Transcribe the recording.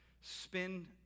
spend